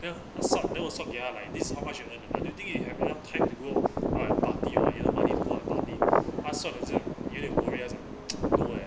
ya 他 sulk then I 说给他 like this is how much you earn do you think you have enough time to go off buy a party or enough money to go on holiday 他算 ah 这样 ya 的给我讲 no eh